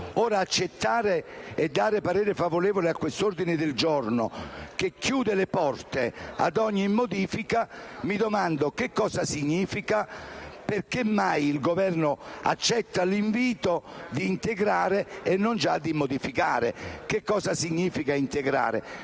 ed esprimere un parere favorevole su questo ordine del giorno, che chiude le porte ad ogni modifica, mi domando che cosa significhi. Perché mai il Governo accetta l'invito di integrare il testo e non già di modificarlo? Che cosa significa integrare?